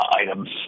items